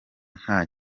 nta